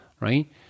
right